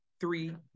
three